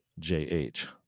jh